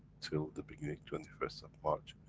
till the beginning twenty first of march,